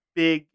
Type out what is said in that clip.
big